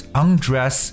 undress